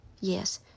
Yes